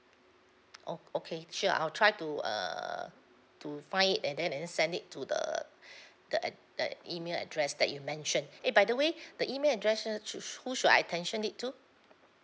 oh okay sure I'll try to err to find and then and then send it to the the ad~ the email address that you mentioned eh by the way the email address who should I attention it too